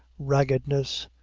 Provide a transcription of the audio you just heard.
raggedness,